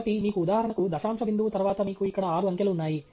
కాబట్టి మీకు ఉదాహరణకు దశాంశ బిందువు తరువాత మీకు ఇక్కడ ఆరు అంకెలు ఉన్నాయి